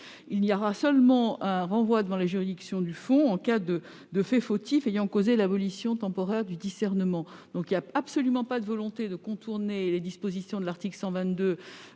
; il est seulement prévu un renvoi devant les juridictions du fond en cas de fait fautif ayant causé l'abolition temporaire du discernement. Nous n'avons donc aucune volonté de contourner les dispositions de l'article 122-1,